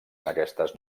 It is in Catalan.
aquestes